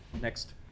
next